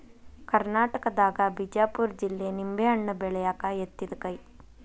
ಕರ್ನಾಟಕದಾಗ ಬಿಜಾಪುರ ಜಿಲ್ಲೆ ನಿಂಬೆಹಣ್ಣ ಬೆಳ್ಯಾಕ ಯತ್ತಿದ ಕೈ